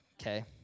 Okay